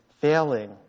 failing